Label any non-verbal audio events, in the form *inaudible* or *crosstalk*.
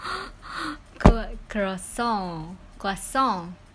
*laughs* croi~ croissant croissant